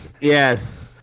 yes